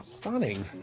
Stunning